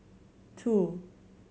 two